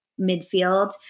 midfield